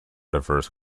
diverse